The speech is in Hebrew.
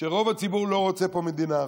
שרוב הציבור לא רוצה פה מדינה אחת.